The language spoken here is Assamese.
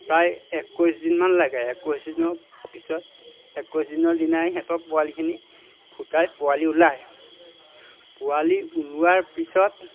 প্ৰায় একৈছ দিনমান লাগে একৈছ দিনৰ পিছত একৈছ দিনৰ দিনাই সিহঁতৰ পোৱালিখিনি ফুটাই পোৱালি ওলায় পোৱালি ওলোৱাৰ পিছত